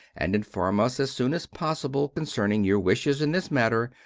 and inform us as soon as possible concerning your wishes in this matter,